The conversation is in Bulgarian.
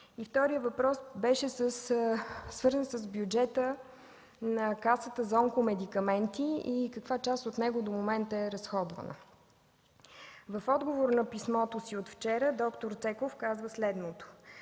вторият въпрос беше свързан с бюджета на Касата за онкомедикаменти и каква част от него до момента е изразходвана. В отговора си от вчера д-р Цеков казва следното: